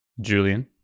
Julian